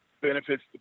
benefits